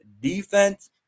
defense